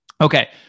okay